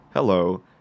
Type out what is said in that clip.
Hello